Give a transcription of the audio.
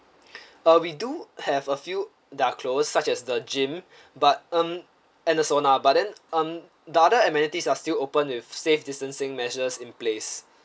uh we do have a few that are closed such as the gym but um and the sauna but then um the other amenities are still opened with safe distancing measures in place